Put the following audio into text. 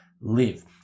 live